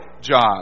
job